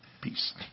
Peace